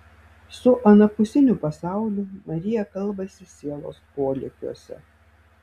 su anapusiniu pasauliu marija kalbasi sielos polėkiuose